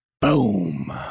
boom